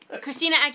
Christina